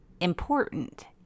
important